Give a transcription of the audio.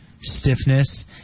stiffness